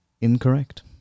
Incorrect